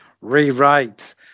rewrite